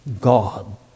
God